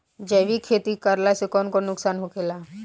जैविक खेती करला से कौन कौन नुकसान होखेला?